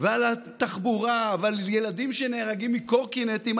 ועל התחבורה ועל ילדים שנהרגים מקורקינטים,